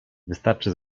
wystarczy